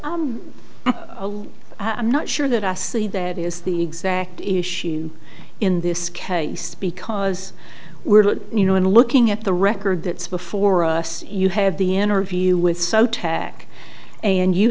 s i'm not sure that us the that is the exact issue in this case because we're you know in looking at the record that's before us you have the interview with so tack and you